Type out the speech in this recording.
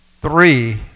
three